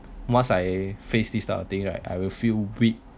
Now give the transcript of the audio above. once I face this type of thing right I will feel weak